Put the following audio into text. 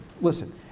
listen